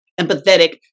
empathetic